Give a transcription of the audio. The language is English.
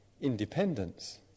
independence